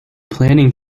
planning